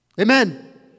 Amen